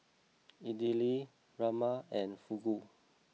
Idili Rajma and Fugu